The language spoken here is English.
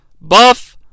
Buff